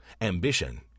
Ambition